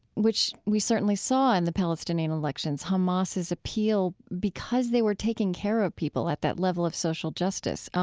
which we certainly saw in the palestinian elections, hamas's appeal because they were taking care of people at that level of social justice.